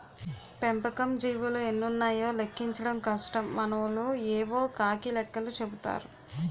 పెంపకం జీవులు ఎన్నున్నాయో లెక్కించడం కష్టం మనోళ్లు యేవో కాకి లెక్కలు చెపుతారు